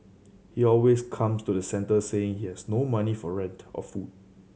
he always comes to the centre saying he has no money for rent or food